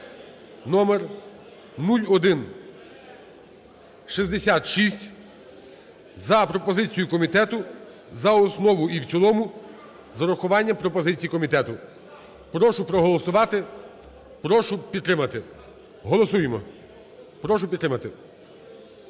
(№ 0166), за пропозицією комітету, за основу і в цілому, з урахуванням пропозицій комітету. Прошу проголосувати. Прошу підтримати. Голосуємо. Прошу підтримати.